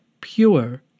Pure